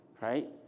right